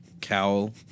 cowl